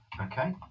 Okay